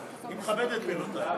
אני מכבד את מילותי.